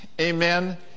amen